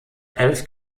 elf